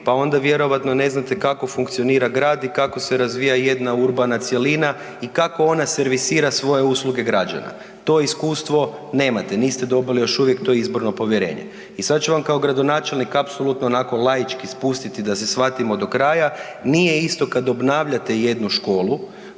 pa onda vjerojatno ne znate kako funkcionira grad i kako se razvija jedna urbana cjelina i kako ona servisira svoje usluge građana. To iskustvo nemate, niste dobili još uvijek to izborno povjerenje. I sada ću vam kao gradonačelnik apsolutno onako laički spustiti da se svatimo do kraja, nije isto kada obnavljate jednu školu